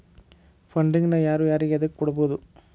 Funding ನ ಯಾರು ಯಾರಿಗೆ ಎದಕ್ಕ್ ಕೊಡ್ಬೊದು?